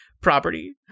property